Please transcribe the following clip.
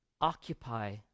occupy